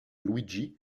luigi